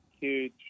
huge